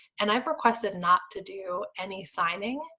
and i've requested not to do any signing,